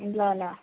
ल ल